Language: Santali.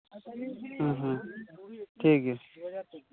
ᱦᱮᱸ ᱦᱮᱸ ᱴᱷᱤᱠ ᱜᱮᱭᱟ